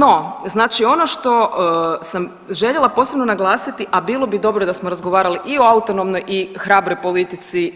No, znači ono što sam željela posebno naglasiti, a bilo bi dobro da smo razgovarali i o autonomnoj i hrabroj politici,